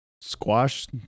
squash